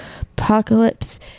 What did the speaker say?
Apocalypse